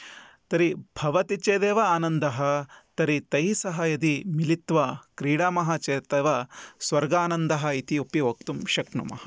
तर्हि भवति चेदेव आनन्दः तर्हि तैः सह यदि मिलित्वा क्रीडामः चेदेव स्वर्गानन्दः इति अपि वक्तुं शक्नुमः